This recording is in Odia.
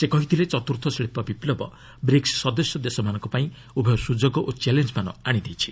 ସେ କହିଥିଲେ ଚତୁର୍ଥ ଶିଳ୍ପ ବିପ୍ଳବ ବ୍ରିକ୍ସ ସଦସ୍ୟ ଦେଶମାନଙ୍କପାଇଁ ଉଭୟ ସ୍ୱଯୋଗ ଓ ଚ୍ୟାଲେଞ୍ଜମାନ ଆଣିଦେଇଛି